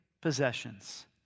possessions